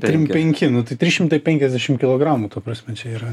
trim penki nu tai trys šimtai penkiasdešim kilogramų ta prasme čia yra